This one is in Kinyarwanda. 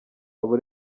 abo